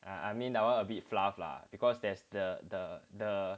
I mean I want a bit fluff lah because there's the the the